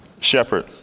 shepherd